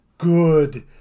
Good